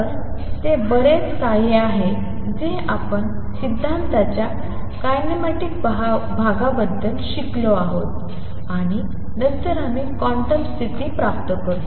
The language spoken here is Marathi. तर ते बरेच काही आहे जे आपण सिद्धांताच्या किनेमॅटिक भागाबद्दल शिकले आहे आणि नंतर आम्ही क्वांटम स्थिती प्राप्त करतो